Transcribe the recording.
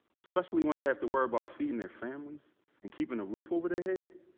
especially when they have to worry about feeding their families and keeping a roof over their head?